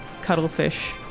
cuttlefish